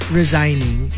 resigning